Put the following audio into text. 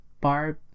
barb